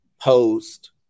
post